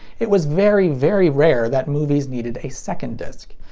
it was very very rare that movie needed a second disc.